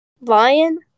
Lion